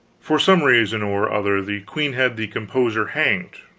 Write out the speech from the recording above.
for some reason or other the queen had the composer hanged,